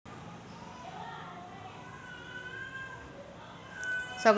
सगळ्यात जास्त पीक कर्ज कोनच्या पिकावर मिळते?